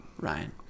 Ryan